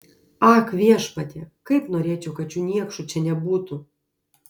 ak viešpatie kaip norėčiau kad šių niekšų čia nebūtų